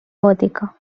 gòtica